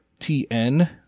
TN